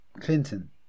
Clinton